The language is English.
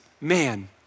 man